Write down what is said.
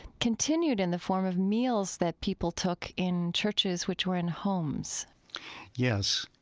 continued in the form of meals that people took in churches, which were in homes yes.